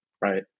Right